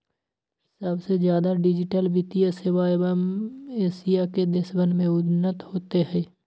सबसे ज्यादा डिजिटल वित्तीय सेवा एशिया के देशवन में उन्नत होते हई